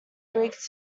greek